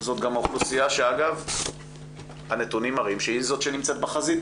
זו גם האוכלוסייה שהנתונים מראים שהיא נמצאת בחזית,